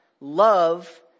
Love